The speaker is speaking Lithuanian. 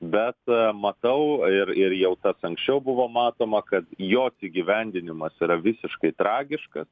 bet matau ir ir jau tas anksčiau buvo matoma kad jos įgyvendinimas yra visiškai tragiškas